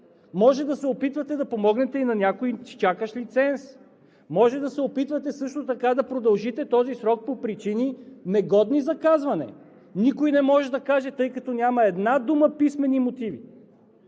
Може да се опитвате да помогнете и на някой чакащ лиценз? Може да се опитвате също така да продължите този срок по причини, негодни за казване? Никой не може да каже, тъй като няма една дума писмени мотиви.